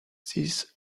this